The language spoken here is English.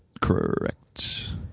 Correct